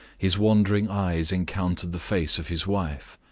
his wandering eyes encountered the face of his wife.